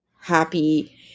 happy